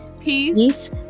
Peace